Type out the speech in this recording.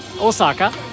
osaka